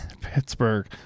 Pittsburgh